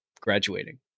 graduating